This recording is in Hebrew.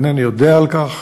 אינני יודע על כך.